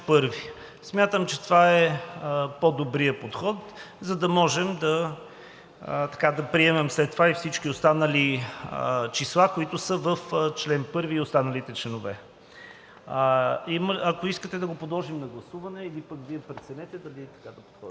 Смятам, че това е по-добрият подход, за да можем да приемем след това и всички останали числа, които са в чл. 1 и останалите членове. Ако искате да го подложим на гласуване, или пък Вие преценете дали така да подходим.